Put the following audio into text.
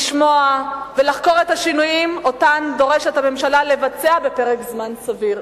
לשמוע ולחקור את השינויים שהממשלה דורשת לבצע בפרק זמן סביר.